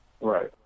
right